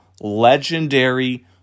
legendary